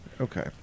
Okay